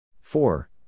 four